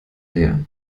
leer